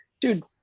dude